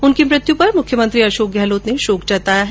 उनकी मृत्यु पर मुख्यमंत्री अशोक गहलोत ने शोक जताया है